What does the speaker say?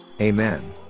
Amen